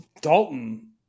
Dalton